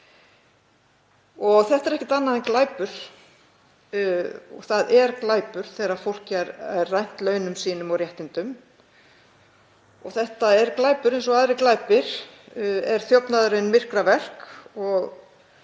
og þetta er ekkert annað en glæpur. Það er glæpur þegar fólk er rænt launum sínum og réttindum. Þetta er glæpur og eins og aðrir glæpir er þjófnaðurinn myrkraverk og það ætlar að